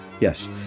Yes